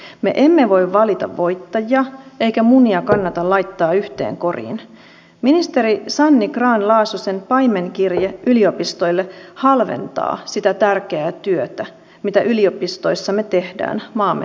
kun edustaja mäkelä puhuu tuottavasta työstä ja viittaa siihen että ikään kuin tämmöinen verovaroilla tehty työ eli verovaroista maksettu työ julkisen sektorin työ ei olisi tuottavaa työtä niin täytyy vain ihmetellä mihin oikein viittaatte